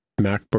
MacBook